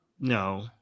No